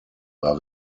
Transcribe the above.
war